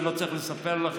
אני לא צריך לספר לך,